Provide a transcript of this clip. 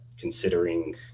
considering